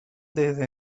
desde